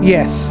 Yes